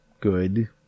good